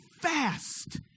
fast